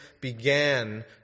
began